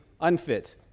unfit